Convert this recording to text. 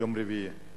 יום רביעי,